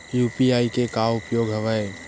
UPI के का उपयोग हवय?